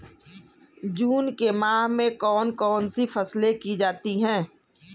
जून के माह में कौन कौन सी फसलें की जाती हैं?